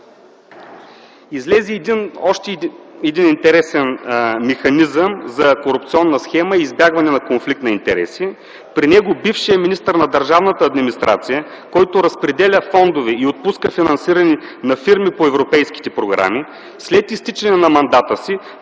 Излезе още един интересен механизъм за корупционна схема – избягване на конфликт на интереси. При него бившият министър на държавната администрация, който разпределя фондове и отпуска финансиране на фирми по европейските програми, след изтичане на мандата си